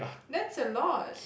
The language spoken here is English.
that's a lot